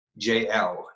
jl